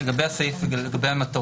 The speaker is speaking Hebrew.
לגבי הסעיף והמטרות.